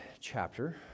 chapter